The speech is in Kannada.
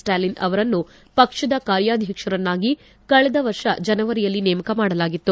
ಸ್ಟಾಲಿನ್ ಅವರನ್ನು ಪಕ್ಷದ ಕಾರ್ಯಾಧಕ್ಷರನ್ನಾಗಿ ಕಳೆದ ವರ್ಷದ ಜನವರಿಯಲ್ಲಿ ನೇಮಕ ಮಾಡಲಾಗಿತ್ತು